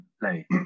play